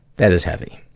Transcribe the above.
that is heavy.